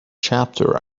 chapter